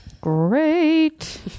Great